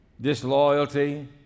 disloyalty